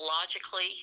logically